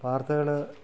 വാർത്തകൾ